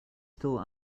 still